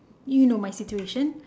you know my situation